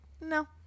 no